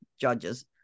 judges